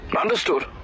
Understood